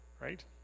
right